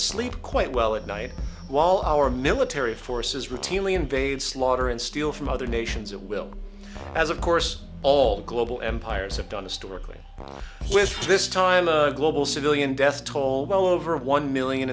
sleep quite well at night while our military forces routinely invade slaughter and steal from other nations at will as of course all global empires have done historically with this time global civilian death toll well over one million